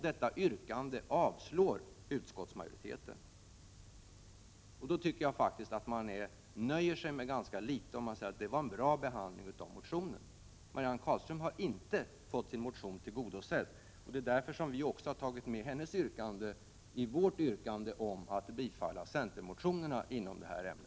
Detta yrkande avstyrker utskottsmajoriteten. Då tycker jag faktiskt att man nöjer sig med ganska litet om man säger att det var en bra behandling av motionen. Marianne Carlström har inte fått sin begäran i motionen tillgodosedd, det är därför som vi har tagit med också hennes yrkande i vårt yrkande om ett bifall till centermotionerna inom detta ämne.